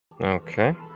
Okay